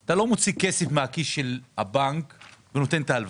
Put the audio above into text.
אתה לא מוציא כסף מהכיס של הבנק ונותן את ההלוואה.